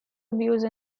abuse